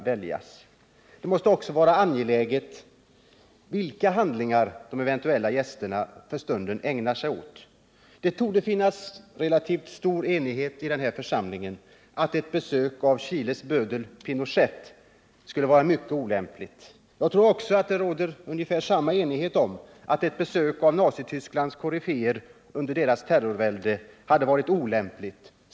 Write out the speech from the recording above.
Det måste också vara angeläget att uppmärksamma vilka handlingar de eventuella gästerna för stunden ägnar sig åt. Det torde råda relativt stor enighet i den här församlingen om att ett besök av Chiles Pinochet skulle vara mycket olämpligt. Jag tror att det råder ungefär lika stor enighet om att ett besök av Nazitysklands koryféer under deras terrorvälde hade varit olämpligt.